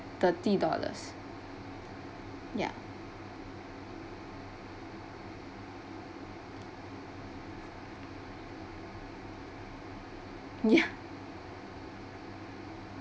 thirty dollars ya ya